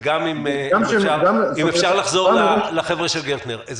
אם אפשר לחזור לחבר'ה של "גרטנר".